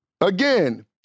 Again